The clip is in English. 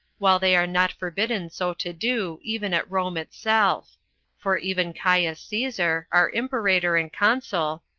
while they are not forbidden so to do even at rome itself for even caius caesar, our imperator and consul,